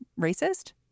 racist